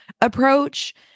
approach